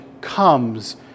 comes